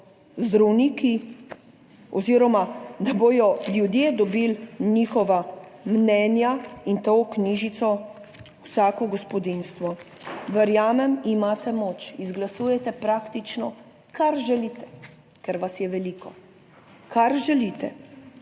zdravniki oziroma da bodo ljudje dobili njihova mnenja in to knjižico vsako gospodinjstvo. Verjamem, imate moč, izglasujete praktično kar želite, ker vas je veliko, kar želite.